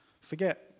Forget